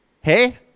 Hey